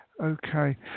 Okay